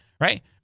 Right